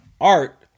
Art